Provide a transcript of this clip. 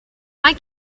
why